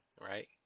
right